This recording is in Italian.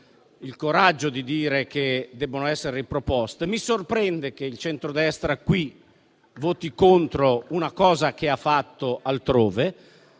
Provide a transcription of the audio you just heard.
il coraggio di dire che debbono essere riproposte. Mi sorprende che qui il centrodestra voti contro una disposizione che ha approvato altrove.